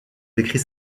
décrit